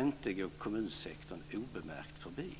inte kan gå kommunsektorn obemärkt förbi.